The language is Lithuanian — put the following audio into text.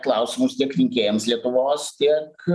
klausimus tiek rinkėjams lietuvos tiek